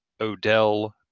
Odell